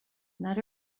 not